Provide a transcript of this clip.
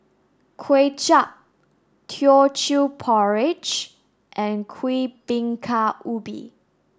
Kuay Chap Teochew Porridge and Kuih Bingka Ubi